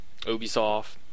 Ubisoft